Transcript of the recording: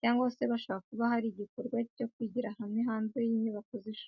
cyangwa se bashobora kuba bari mu gikorwa cyo kwigira hamwe hanze y’inyubako z’ishuri.